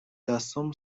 دستام